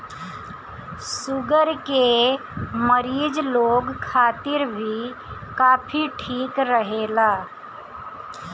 sugar के मरीज लोग खातिर भी कॉफ़ी ठीक रहेला